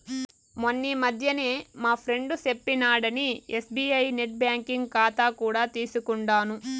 మొన్నీ మధ్యనే మా ఫ్రెండు సెప్పినాడని ఎస్బీఐ నెట్ బ్యాంకింగ్ కాతా కూడా తీసుకుండాను